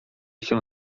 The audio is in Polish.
się